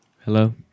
Hello